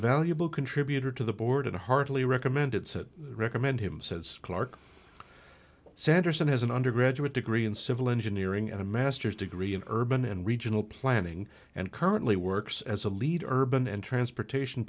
valuable contributor to the board and heartily recommend it said recommend him says clarke sanderson has an undergraduate degree in civil engineering and a masters degree in urban and regional planning and currently works as a leader urban and transportation